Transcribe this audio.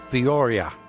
Peoria